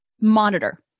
monitor